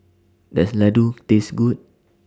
Does Laddu Taste Good